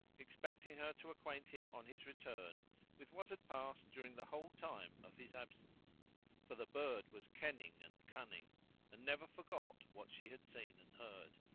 expecting her to acquaint him on his return with what had passed during the whole time of his absence for the bird was kenning and cunning and never forgot what she had seen and heard.